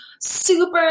super